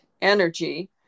energy